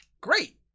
great